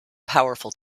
powerful